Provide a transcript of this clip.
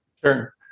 Sure